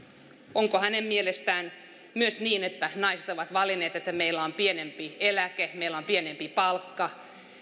onko hänen mielestään myös niin että naiset ovat valinneet että meillä on pienempi eläke meillä on pienempi palkka